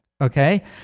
Okay